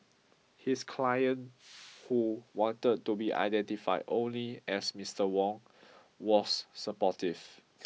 his client who wanted to be identified only as Mister Wong was supportive